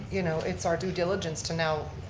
you know, it's our due diligence to know,